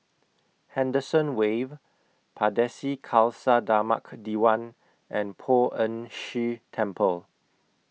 Henderson Wave Pardesi Khalsa Dharmak Diwan and Poh Ern Shih Temple